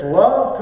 love